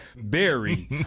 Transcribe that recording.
Barry